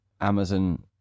Amazon